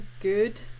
good